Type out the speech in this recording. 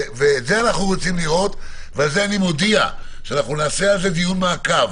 את זה אנחנו רוצים לראות ואני מודיע שאנחנו נקיים דיון מעקב